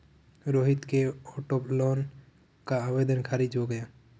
रोहित के auto loan का आवेदन खारिज हो गया